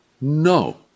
no